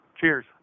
cheers